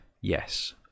Yes